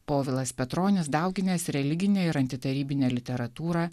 povilas petronis dauginęs religinę ir antitarybinę literatūrą